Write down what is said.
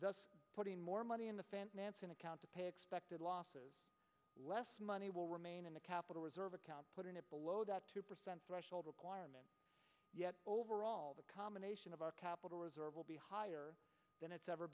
thus putting more money in the financing account to pay expected losses less money will remain in the capital reserve account below that two percent threshold requirement yet overall the combination of our capital reserve will be higher than it's ever